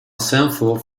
seinfeld